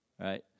right